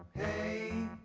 hey